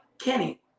Kenny